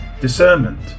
discernment